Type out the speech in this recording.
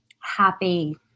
happy